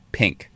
pink